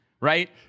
right